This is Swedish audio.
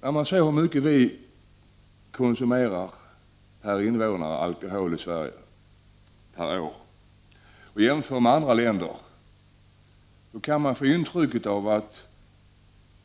När man ser hur mycket alkohol vi konsumerar i Sverige per invånare och år och jämför med andra länder, kan man få ett intryck av att